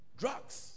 drugs